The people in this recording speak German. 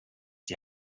die